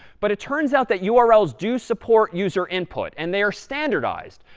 but it turns out that you urls do support user input, and they are standardized.